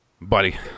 Buddy